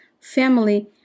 Family